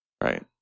right